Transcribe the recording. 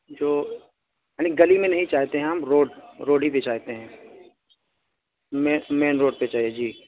جو یعنی گلی میں نہیں چاہتے ہیں ہم روڈ روڈ ہی پے چاہتے ہیں میں مین روڈ پے چاہیے جی